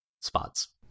spots